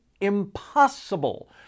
impossible